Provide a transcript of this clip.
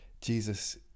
Jesus